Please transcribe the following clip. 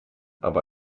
aber